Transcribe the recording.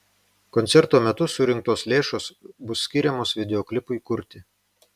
koncerto metu surinktos lėšos bus skiriamos videoklipui kurti